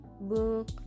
book